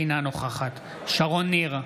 אינה נוכחת שרון ניר,